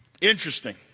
Interesting